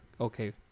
okay